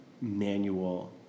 manual